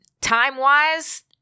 Time-wise